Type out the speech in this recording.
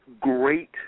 great